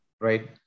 right